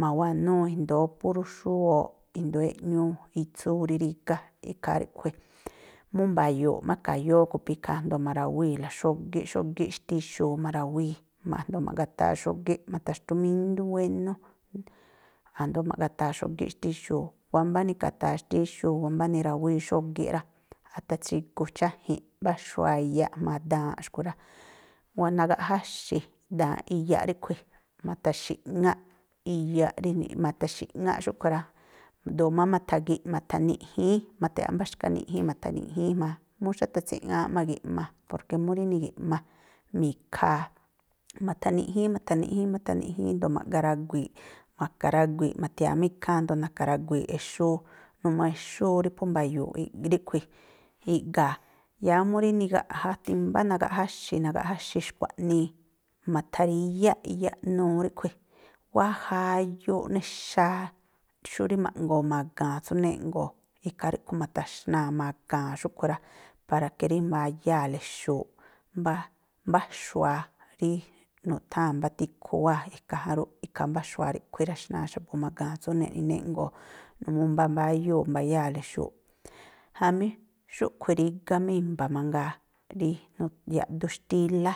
Ma̱wanúú i̱ndóó púrú xúwooꞌ, i̱ndóó eꞌñúú, itsúú rí rígá, ikhaa ríꞌkhui̱. Múú mba̱yo̱o̱ꞌ má e̱ka̱yóó ko phú ikhaa, a̱jndo̱o ma̱rawíi̱la xógíꞌ xógíꞌ xtíxuu ma̱rawíí, ma̱jndo̱o ma̱ꞌgataa xógíꞌ matha̱xtúmíndú wénú, a̱jndo̱o ma̱ꞌgataa xógíꞌ xtíxuu. Wámbá ne̱ka̱taa xtíxuu, wámbá nirawíí xógíꞌ rá, athatsrigu cháji̱nꞌ mbá xu̱wa̱a iyaꞌ jma̱a daanꞌ xkui̱ rá, wanagaꞌjáxi̱ daaꞌ iyaꞌ ríꞌkhui̱ ma̱tha̱xi̱ꞌŋáꞌ iyaꞌ rí niꞌ, ma̱tha̱xi̱ꞌŋáꞌ xúꞌkhui̱ rá, ꞌdu̱u̱ má ma̱tha̱giꞌ ma̱tha̱niꞌjíín, ma̱tha̱ꞌyáꞌ mbá xkaniꞌjin ma̱tha̱niꞌjíín jma̱a. Múú xátha̱tsi̱ꞌŋááꞌ ma̱gi̱ꞌma, porke mú rí nigi̱ꞌma, mi̱khaa. Ma̱tha̱niꞌjíí, ma̱tha̱niꞌjíín ma̱tha̱niꞌjíín a̱jndo̱o ma̱ꞌga ragui̱i̱ꞌ. Na̱ka̱ ragui̱i̱ꞌ, ma̱thia̱a má ikháán ndo̱o na̱ka̱ ragui̱i̱ꞌ exúú. Numuu exúú rí phú mba̱yu̱u̱ꞌ ríꞌkhui̱, iꞌga̱a̱. Yáá mú rí nigaꞌjá timbá nagaꞌjáxi̱, nagaꞌjáxi̱ xkua̱ꞌnii ma̱tha̱ríyáꞌ iyaꞌnuu ríꞌkhui̱, wáa̱ jayuuꞌ nexaa, xú rí ma̱ꞌngo̱o̱ ma̱ga̱a̱n tsú jnéꞌngo̱o̱, ikhaa ríꞌkhui̱ ma̱ta̱xnaa̱ ma̱ga̱a̱n xúꞌkhui̱ rá, para ke rí mbayáa̱le xu̱u̱ꞌ. Mbá mbá xu̱wa̱a rí nutháa̱n mbá tikhu wáa̱ e̱ka̱ ján rúꞌ. Ikhaa mbá xu̱wa̱a ríꞌkhui̱ íra̱xna̱a xa̱bu̱ ma̱ga̱a̱n tsú neꞌni jnéꞌngo̱o̱, numuu mbambáyúu̱ mbayáa̱le xu̱u̱ꞌ. Jamí xúꞌkhui̱ rígá má i̱mba̱ mangaa, rí nuꞌ yaꞌdun xtílá,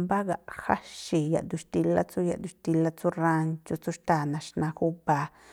mbá gaꞌjáxi̱ yaꞌdun xtílá, tsú yaꞌdun xtílá tsú ránchú, tsú xtáa̱ naxná júba̱a.